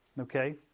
Okay